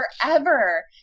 forever